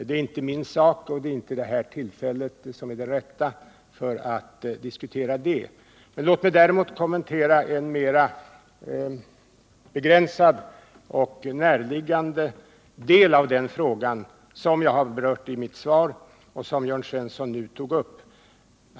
Det är inte min sak och detta är inte rätta tillfället att diskutera den frågan. Låt mig däremot kommentera en mera begränsad och närliggande del av den frågan som jag har berört i mitt svar och som Jörn Svensson nu tog upp.